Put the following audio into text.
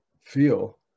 feel